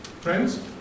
Friends